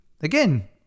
Again